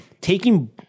taking